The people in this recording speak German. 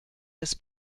des